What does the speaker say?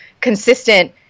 consistent